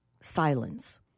silence